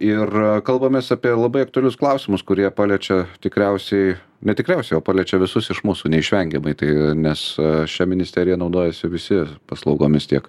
ir kalbamės apie labai aktualius klausimus kurie paliečia tikriausiai ne tikriausiai o paliečia visus iš mūsų neišvengiamai tai nes šia ministerija naudojasi visi paslaugomis tiek